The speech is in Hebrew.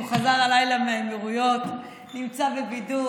הוא חזר הלילה מהאמירויות, נמצא בבידוד.